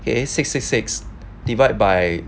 okay six six six divide by